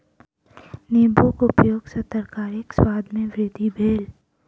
नेबोक उपयग सॅ तरकारीक स्वाद में वृद्धि भेल